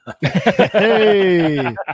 Hey